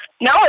No